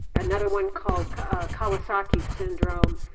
another one called kawasaki syndrome,